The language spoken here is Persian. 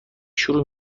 شروع